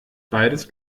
beides